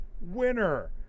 winner